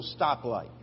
stoplight